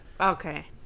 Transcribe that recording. Okay